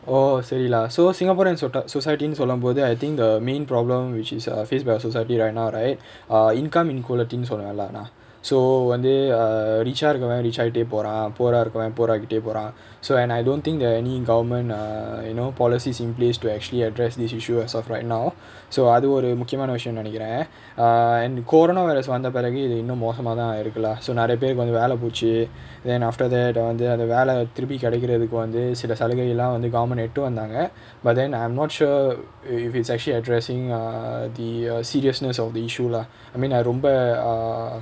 oh sorry lah so singaporean singaporeans sota~ society ன்னு சொல்லும்போது:nu sollumpothu I think the main problem which is err face by our society right now right uh income inequality சொல்லலா:sollalaa lah so வந்து:vanthu err rich ah இருக்கவ:irukava rich ஆகிட்டே போரா:aagittae poraa poor ah இருக்கவ:irukkava poor ஆகிட்டே போரா:aagittae poraa so and I don't think there any government err you know policies in place to actually address this issue as of right now so அது ஒரு முக்கியமான விஷயோன்னு நினைக்குறேன்:athu oru mukkiyamaana vishayonu ninaikkuraen err and coronovirus வந்த பிறகு இது இன்னும் மோசமாதா இருக்கு:vantha piragu ithu innum mosamaathaa irukku lah so நிறைய பேருக்கு வந்து வேல போச்சு:niraiya perukku vanthu vela pochu then after that ah வந்து அந்த வேல திருப்பி கிடைக்கிறதுக்கு வந்து சில சலுகைகள்ளா வந்து:vanthu antha vela thiruppi kidaikkurathukku vanthu sila salugaikallaa vanthu government எடுத்து வந்தாங்க:eduthu vanthaanga but then I'm not sure if it's actually addressing err the seriousness of the issue lah I mean ரொம்ப:romba err